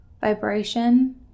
vibration